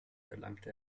erlangte